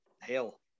hell